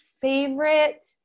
favorite